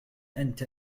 أنت